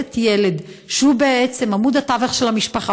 מגייסת ילד שהוא בעצם עמוד התווך של המשפחה,